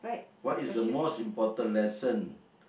what is the most important lesson